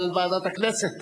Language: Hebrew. אבל ועדת הכנסת